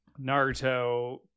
Naruto